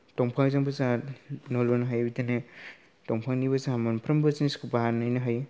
दंफांजोंबो जाहा न' लुनो हायो बिदिनो दंफांनिबो जाहा मोनफ्रोमबो जिनिसखौ बानायनो हायो